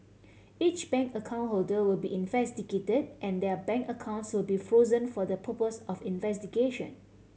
each bank account holder will be investigated and their bank accounts will be frozen for the purpose of investigation